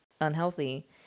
unhealthy